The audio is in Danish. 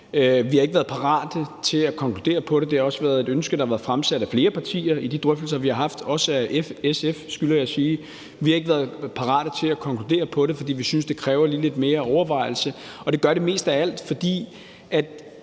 Vi har ikke været parate til at konkludere på det. Det har også været et ønske, der har været fremsat af flere partier i de drøftelser, vi har haft – også af SF, skylder jeg at sige. Men vi har ikke været parate til at konkludere på det, fordi vi synes, det lige kræver lidt mere overvejelse, og det gør det mest af alt, fordi alt